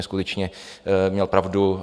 Skutečně měl pravdu.